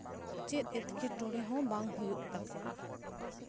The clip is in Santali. ᱪᱮᱫ ᱮᱴᱠᱮᱴᱚᱲᱮ ᱦᱚᱸ ᱵᱟᱝ ᱦᱳᱭᱳᱜ ᱛᱟᱠᱚᱣᱟ